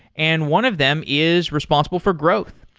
and one of them is responsible for growth.